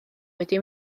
wedi